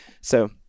So-